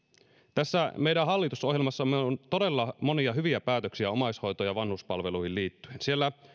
tässä meidän hallitusohjelmassamme on todella monia hyviä päätöksiä omaishoitoon ja vanhuspalveluihin liittyen siellä